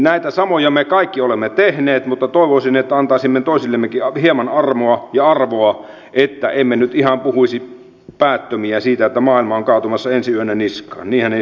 näitä samoja me kaikki olemme tehneet mutta toivoisin että antaisimme toisillemmekin hieman armoa ja arvoa että emme nyt ihan puhuisi päättömiä siitä että maailma on kaatumassa ensi yönä niskaan niinhän ei suinkaan ole